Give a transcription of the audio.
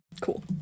Cool